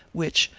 which,